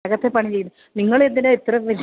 അകത്തെ പണി ചെയ്യ് നിങ്ങൾ എന്തിനാണ് ഇത്ര വലിയ